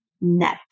net